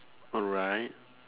alright